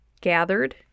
gathered